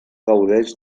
gaudeix